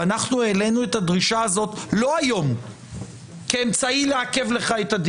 ואנחנו העלינו את הדרישה הזאת לא היום כאמצעי לעכב לך את הדיון,